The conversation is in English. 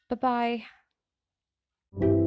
bye-bye